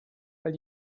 weil